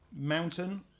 Mountain